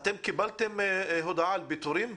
אתם קיבלתם על פיטורים?